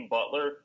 Butler